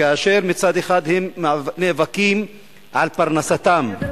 כאשר מצד אחד הם נאבקים על פרנסתם,